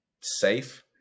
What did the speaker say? safe